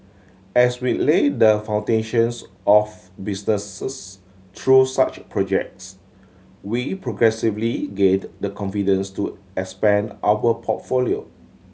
as we laid the foundations of businesses through such projects we progressively gained the confidence to expand our portfolio